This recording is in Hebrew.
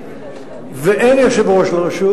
ואין יושב-ראש לרשות,